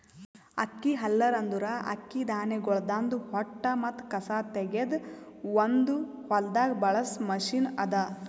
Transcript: ಅಕ್ಕಿ ಹಲ್ಲರ್ ಅಂದುರ್ ಅಕ್ಕಿ ಧಾನ್ಯಗೊಳ್ದಾಂದ್ ಹೊಟ್ಟ ಮತ್ತ ಕಸಾ ತೆಗೆದ್ ಒಂದು ಹೊಲ್ದಾಗ್ ಬಳಸ ಮಷೀನ್ ಅದಾ